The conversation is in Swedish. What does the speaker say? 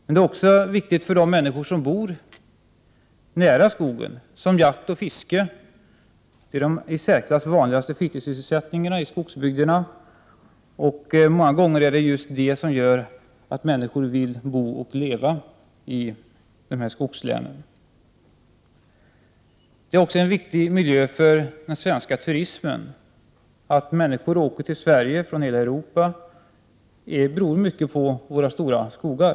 Det är också viktigt för de människor som bor nära skogen. Jakt och fiske är de i särklass vanligaste fritidssysselsättningarna i skogsbyg derna. Många gånger är det just detta som gör att människor vill bo och leva i skogslänen. Skogen är en viktig tillgång för den svenska turismen. Många människor åker till Sverige från hela Europa tack vare våra stora skogar.